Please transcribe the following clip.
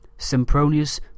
Sempronius